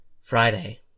Friday